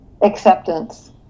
Acceptance